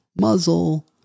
muzzle